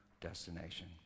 destination